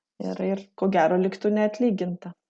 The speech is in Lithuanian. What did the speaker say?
ir ir ko gero liktų neatlyginta